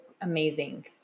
amazing